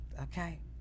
Okay